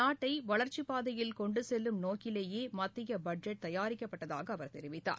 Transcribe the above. நாட்டைவளர்ச்சிப்பாதையில் கொண்டுசெல்லும் நோக்கிலேயேமத்தியபட்ஜெட் தயாரிக்கப்பட்டதாகஅவர் தெரிவித்தார்